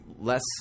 less